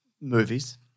movies